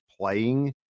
playing